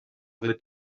their